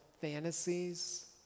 fantasies